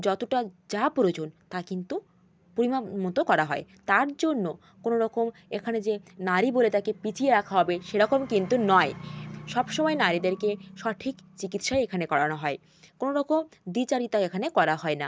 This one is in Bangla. যতটা যা প্রয়োজন তা কিন্তু পরিমাণ মতো করা হয় তার জন্য কোনো রকম এখানে যে নারী বলে তাকে পিছিয়ে রাখা হবে সেরকম কিন্তু নয় সব সময় নারীদেরকে সঠিক চিকিৎসা এখানে করানো হয় কোনো রকম দ্বিচারিতা এখানে করা হয় না